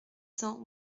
cents